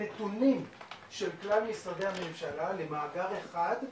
הנתונים של כלל משרדי הממשלה למאגר אחד,